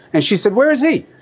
and she said, where is he?